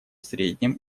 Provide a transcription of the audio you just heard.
средним